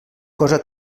cosa